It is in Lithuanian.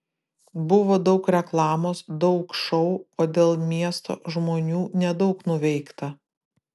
buvo daug reklamos daug šou o dėl miesto žmonių nedaug nuveikta